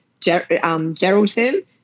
Geraldton